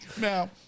Now